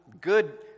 good